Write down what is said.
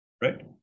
right